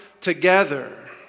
together